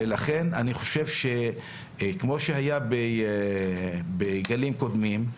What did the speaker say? ולכן אני חושב שכמו שהיה בגלים קודמים,